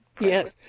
Yes